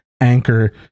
anchor